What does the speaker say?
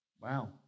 Wow